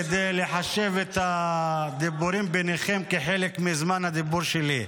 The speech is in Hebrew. כדי לחשב את הדיבורים ביניכם כחלק מזמן הדיבור שלי.